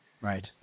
Right